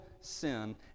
sin